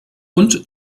und